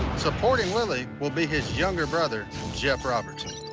supporting willie, will be his younger brother, jep robertson.